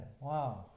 Wow